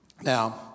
Now